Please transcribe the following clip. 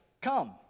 come